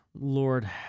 Lord